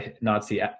Nazi